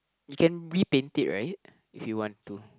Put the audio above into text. you can repaint it right if you want to